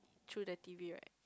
through the T_V right